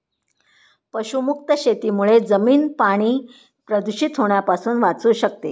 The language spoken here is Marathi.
पशुमुक्त शेतीमुळे जमीन आणि पाणी प्रदूषित होण्यापासून वाचू शकते